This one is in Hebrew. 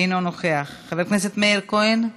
אינו נוכח, חבר הכנסת מאיר כהן,